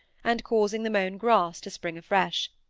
and causing the mown grass to spring afresh.